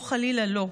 או חלילה לא.